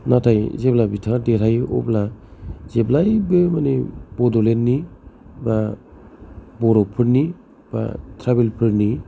नाथाय जेब्ला बिथाङा देरहायो अब्ला जेब्लायबो माने बड'लेण्डनि बा बर'फोरनि बा ट्राइबेल फोरनि